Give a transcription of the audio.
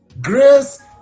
grace